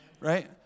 Right